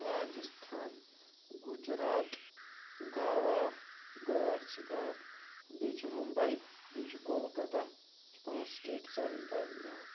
راجِستھان گُجرات گاوا گوا چھُ بیاکھ بیٚیہِ چھُ مُمبے بیٚیہِ چھُ کولکَتہ یہِ چھِ پانٛژھ سِٹیٹٕس آف اِنڈیا مےٚ یاد